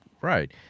right